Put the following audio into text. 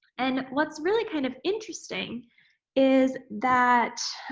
and, what's really kind of interesting is that